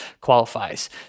qualifies